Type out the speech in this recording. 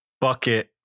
bucket